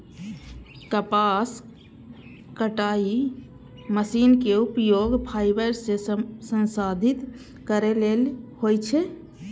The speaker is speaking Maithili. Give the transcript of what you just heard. कपास कताइ मशीनक उपयोग फाइबर कें संसाधित करै लेल होइ छै